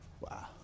Wow